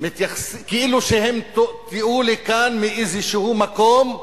כאילו הם הובאו לכאן מאיזה מקום,